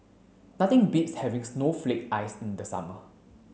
nothing beats having snowflake ice in the summer